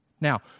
Now